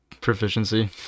proficiency